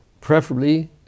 Preferably